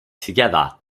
together